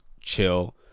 chill